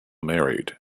married